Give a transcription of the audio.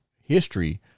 history